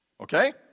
Okay